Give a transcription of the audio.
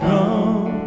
Come